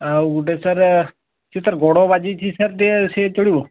ଆଉ ଗୋଟିଏ ସାର୍ ସେ ତାର ଗୋଡ଼ ବାଜିଛି ସାର୍ ଟିକେ ସେ ଚଳିବ